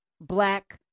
black